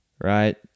right